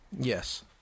yes